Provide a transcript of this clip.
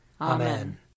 Amen